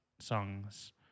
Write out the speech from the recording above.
songs